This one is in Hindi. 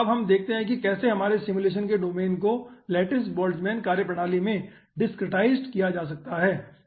अब हम देखते हैं कि कैसे हमारे सिमुलेशन के डोमेन को लैटिस बोल्टजमैन कार्यप्रणाली में डिसक्रीटाईजड़ किया जा सकता है